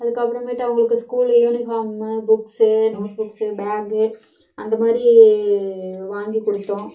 அதுக்கப்புறமேட்டு அவங்களுக்கு school uniform books note books bag அந்த மாதிரி வாங்கி கொடுத்தோம்